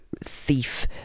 thief